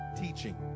teaching